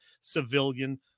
civilian